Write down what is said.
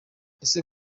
ese